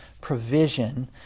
provision